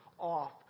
Off